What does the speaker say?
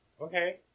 Okay